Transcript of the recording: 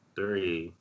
Three